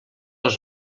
els